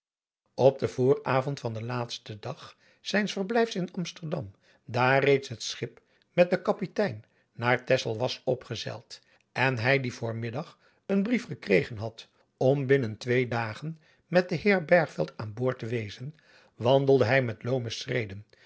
op den vooravond van den laatsten dag zijns verblijfs in amsterdam daar reeds het schip met den kapitein naar texel was opgezeild en hij dien voormiddag een brief gekregen had om binnen twee dagen met den heer bergveld aan boord te wezen wandelde hij met loome schreden